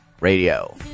Radio